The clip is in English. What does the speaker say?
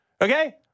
Okay